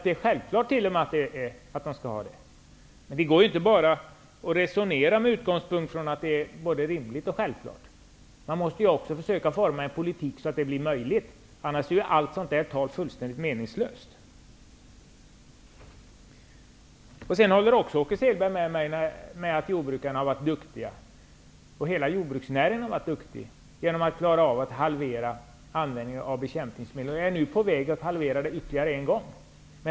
Det är t.o.m. självklart att man skall ha det. Men det går inte att bara resonera med utgångspunkt från att det är både rimligt och självklart. Man måste också försöka att forma en politik så att det blir möjligt. Annars är allt sådant tal fullständigt meningslöst. Åke Selberg håller också med mig om att jordbrukarna och hela jordbruksnäringen har varit duktiga genom att klara av att halvera användningen av bekämpningsmedel. Man är nu på väg att halvera den ytterligare en gång.